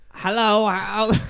Hello